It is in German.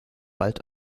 bald